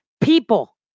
people